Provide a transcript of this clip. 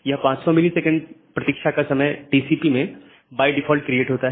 यह 500 ms प्रतीक्षा का समय टीसीपी में बाय डिफॉल्ट होता है